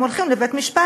הם הולכים לבית-משפט,